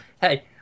Hey